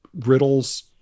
riddles